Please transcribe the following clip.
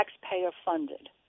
taxpayer-funded